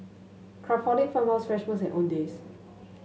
Craftholic Farmhouse Fresh Owndays